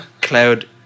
Cloud